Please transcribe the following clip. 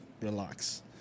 relax